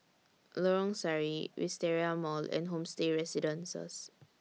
Lorong Sari Wisteria Mall and Homestay Residences